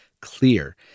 clear